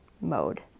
mode